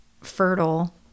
fertile